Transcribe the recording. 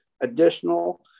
additional